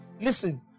Listen